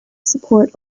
support